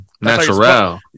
natural